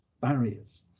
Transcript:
barriers